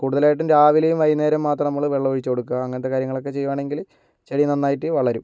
Y കൂടുതലായിട്ടും രാവിലെയും വൈകുന്നേരവും മാത്രം നമ്മള് വെള്ളമൊഴിച്ചു കൊടുക്കുക അങ്ങനത്തെ കാര്യങ്ങളൊക്കെ ചെയ്യുവാണെങ്കില് ചെടി നന്നായിട്ട് വളരും